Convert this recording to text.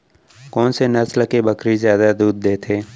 कोन से नस्ल के बकरी जादा दूध देथे